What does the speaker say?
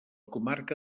comarca